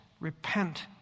Repent